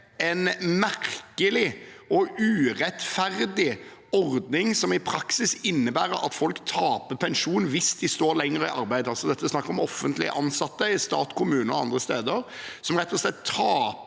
en merkelig og urettferdig ordning som i praksis innebærer at folk taper pensjon hvis de står lenger i arbeid. Det er altså snakk om offentlig ansatte i stat, kommune og andre steder som rett og slett taper